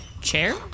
chair